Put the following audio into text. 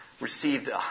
received